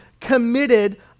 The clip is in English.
committed